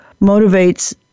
motivates